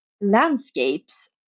landscapes